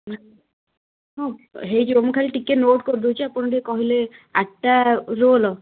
ହଁ ହେଇଯିବ ମୁଁ ଖାଲି ଟିକିଏ ନୋଟ୍ କରଦେଉଛି ଆପଣ ଟିକିଏ କହିଲେ ଆଠଟା ରୋଲ